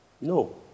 No